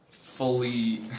fully